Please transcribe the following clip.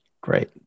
Great